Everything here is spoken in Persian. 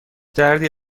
دردی